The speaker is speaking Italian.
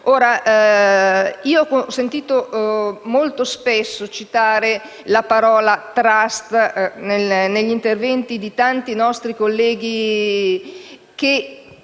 fare. Ho sentito molto spesso citare la parola «*trust*» negli interventi di tanti nostri colleghi che